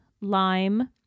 lime